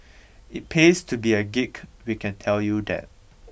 it pays to be a geek we can tell you that